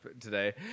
today